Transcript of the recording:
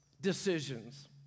decisions